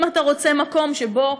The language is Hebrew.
אם אתה רוצה מקום שבו,